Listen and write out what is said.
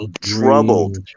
troubled